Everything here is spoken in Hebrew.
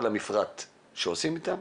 ובמפרט שעושים איתם,